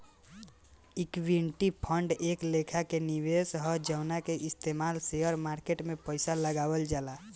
equity fund एक लेखा के निवेश ह जवना के इस्तमाल शेयर मार्केट में पइसा लगावल जाला